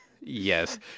Yes